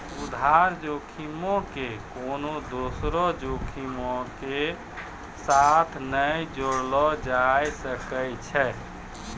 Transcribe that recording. आधार जोखिम के कोनो दोसरो जोखिमो के साथ नै जोड़लो जाय सकै छै